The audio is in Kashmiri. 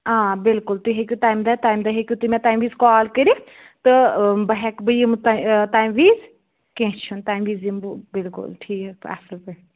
آ بِلکُل تُہۍ ہیٚکِو تَمہِ دۄہ تَمہِ دۄہ ہیٚکِو تُہۍ مےٚ تَمہِ وِز کال کٔرِتھ تہٕ بہٕ ہٮ۪کہٕ بہٕ یِمہٕ تَمہِ تَمہِ وِز کیٚنٛہہ چھُنہٕ تَمہِ وِز یِمہٕ بہٕ بِلکُل ٹھیٖک اَصٕل پٲٹھۍ